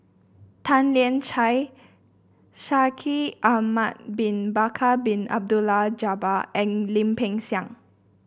Tan Lian Chye Shaikh Ahmad Bin Bakar Bin Abdullah Jabbar and Lim Peng Siang